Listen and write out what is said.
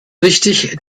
richtig